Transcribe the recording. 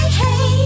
hey